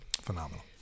phenomenal